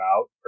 out